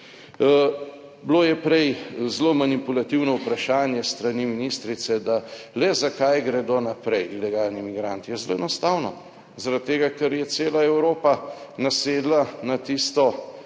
Bilo je prej zelo manipulativno vprašanje s strani ministrice, da le zakaj gredo naprej ilegalni migranti. Ja, zelo enostavno zaradi tega, ker je cela Evropa nasedla na tisto